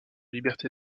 liberté